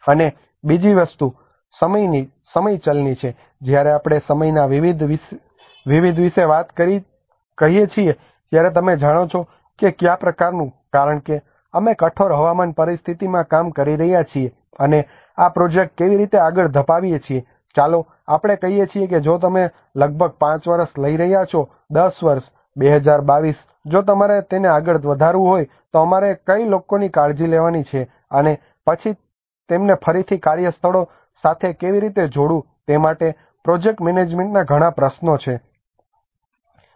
અને બીજી વસ્તુ સમય ચલની છે જ્યારે આપણે સમયના વિવિધ વિશે કહીએ છીએ ત્યારે તમે જાણો છો કે કયા પ્રકારનું કારણ કે અમે કઠોર હવામાન પરિસ્થિતિમાં કામ કરી રહ્યા છીએ અને આ પ્રોજેક્ટને કેવી રીતે આગળ ધપાવીએ છીએ ચાલો આપણે કહીએ કે જો તમે લગભગ 5 વર્ષ લઈ રહ્યાં છો 10 વર્ષ 2022 જો તમારે તેને આગળ વધારવું હોય તો અમારે કઇ લોકોની કાળજી લેવાની છે અને પછી તેમને ફરીથી કાર્યસ્થળો સાથે કેવી રીતે જોડવું તે માટે પ્રોજેક્ટ મેનેજમેન્ટના ઘણા પ્રશ્નો પણ છે